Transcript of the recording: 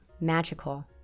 magical